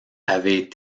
avaient